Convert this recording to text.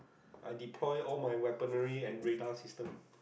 I deploy all my weaponry and radar system